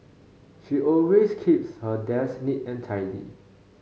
she always keeps her desk neat and tidy